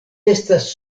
estas